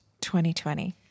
2020